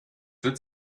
wird